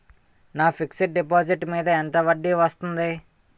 నా fixed deposit మీద ఎంత వడ్డీ వస్తుంది?